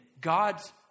God's